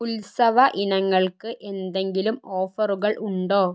ഉത്സവ ഇനങ്ങൾക്ക് എന്തെങ്കിലും ഓഫറുകൾ ഉണ്ടോ